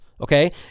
okay